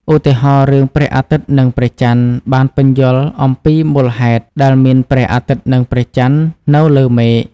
ឧទាហរណ៍ រឿង ព្រះអាទិត្យនិងព្រះចន្ទបានពន្យល់អំពីមូលហេតុដែលមានព្រះអាទិត្យនិងព្រះចន្ទនៅលើមេឃ។